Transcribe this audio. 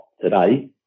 today